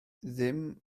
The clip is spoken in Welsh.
ddim